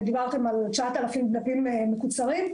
ועברתם על כ-9,000 דפים מקוצרים,